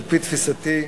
על-פי תפיסתי,